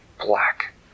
black